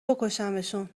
بکشمشون